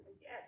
Yes